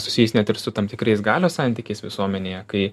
susijus net ir su tam tikrais galios santykiais visuomenėje kai